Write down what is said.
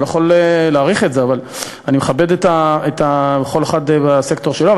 אני לא יכול להעריך את זה אבל אני מכבד כל אחד והסקטור שלו.